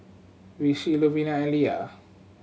Vicy Louvenia and Lia